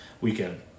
weekend